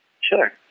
Sure